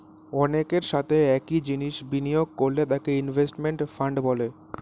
অনেকের সাথে একই জিনিসে বিনিয়োগ করলে তাকে ইনভেস্টমেন্ট ফান্ড বলে